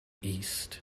east